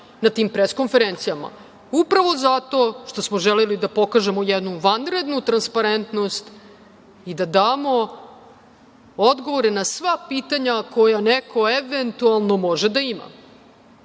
na tim pres-konferencijama. Upravo zato što smo želeli da pokažemo jednu vanrednu transparentnost i da damo odgovore na sva pitanja koja neko eventualno može da